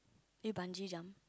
did you bungee jump